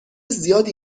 زیادی